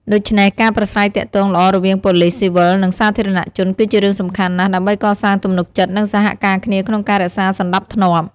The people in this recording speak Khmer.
ដូច្នេះ ការប្រាស្រ័យទាក់ទងល្អរវាងប៉ូលិសស៊ីវិលនិងសាធារណជនគឺជារឿងសំខាន់ណាស់ដើម្បីកសាងទំនុកចិត្ត និងសហការគ្នាក្នុងការរក្សាសណ្ដាប់ធ្នាប់។